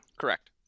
Correct